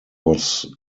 was